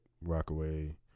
Rockaway